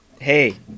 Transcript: Hey